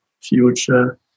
future